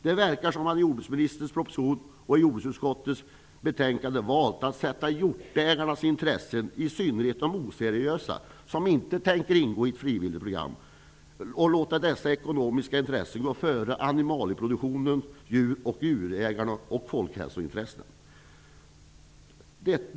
Det verkar som om man i jordbruksministerns proposition och i jordbruksutskottets betänkande valt att sätta hjortägarna främst -- i synnerhet de oseriösa, som inte tänker ingå i ett frivilligt program, -- och låta deras ekonomiska intressen gå före animalieproduktion, djur, djurägare och folkhälsointressen.